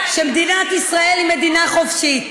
שמדינת ישראל היא מדינה חופשית.